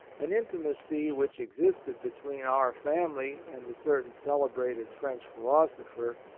an inti macy which existed between our family and a certain celebrated french philosopher,